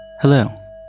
Hello